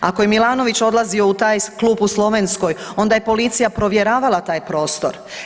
Ako je Milanović odlazio u taj klub u Slovenskoj onda je policija provjeravala taj prostor?